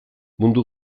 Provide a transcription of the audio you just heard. mundu